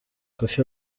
koffi